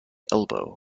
elbow